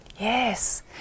Yes